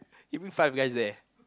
give you five guys there